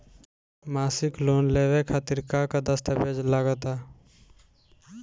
मसीक लोन लेवे खातिर का का दास्तावेज लग ता?